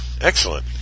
Excellent